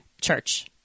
Church